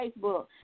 facebook